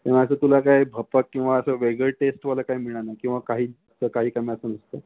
त्यामुळे आता तुला काही भपक किंवा असं वेगळं टेस्ट वालं काही मिळणार नाही किंवा काही तर काही कमी